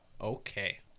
Okay